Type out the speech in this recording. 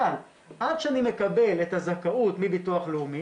אבל עד שאני מקבל את הזכאות מביטוח לאומי